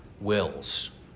wills